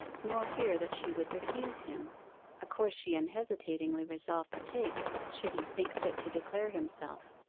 nor fear that she would refuse him a course she unhesitatingly resolved to take should he think fit to declare himself.